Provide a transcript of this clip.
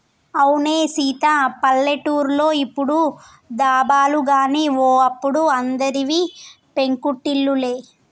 అవునే సీత పల్లెటూర్లో ఇప్పుడు దాబాలు గాని ఓ అప్పుడు అందరివి పెంకుటిల్లే